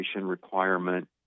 requirement